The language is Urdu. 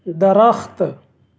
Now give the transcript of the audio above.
درخت